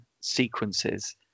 sequences